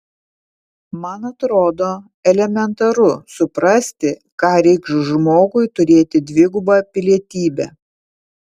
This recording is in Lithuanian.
man atrodo elementaru suprasti ką reikš žmogui turėti dvigubą pilietybę